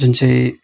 जुन चाहिँ